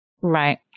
right